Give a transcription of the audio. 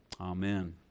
Amen